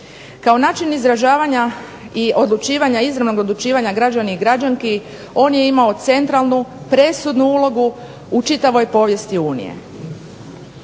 Kao način izražavanja i odlučivanja, izravnog odlučivanja, građana i građanki on je imao centralnu, presudnu ulogu u čitavoj povijesti Unije.